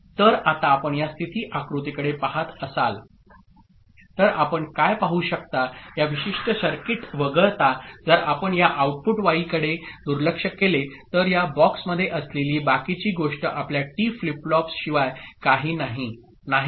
तर आता आपण या स्थिती आकृतीकडे पहात असाल तर आपण काय पाहू शकता या विशिष्ट सर्किट वगळता जर आपण या आउटपुट वाईकडे दुर्लक्ष केले तर या बॉक्समध्ये असलेली बाकीची गोष्ट आपल्या टी फ्लिप फ्लॉपशिवाय काही नाही नाही का